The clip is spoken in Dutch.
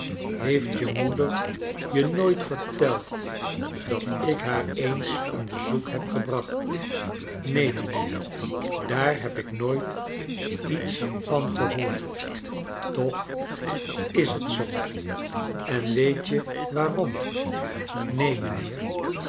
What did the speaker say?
heeft je mocder je nooit verteld dat ik haar eens een bezoek heb gebracht neen mijnheer daar heb ik nooit iets van gehoord toch is t zoo en weet je waarom neen